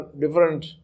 different